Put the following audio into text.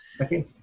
okay